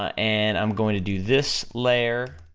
and i'm going to do this layer,